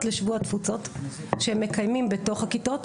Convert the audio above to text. לשבוע התפוצות שהם מקיימים בתוך הכיתות,